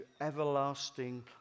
everlasting